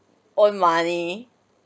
own money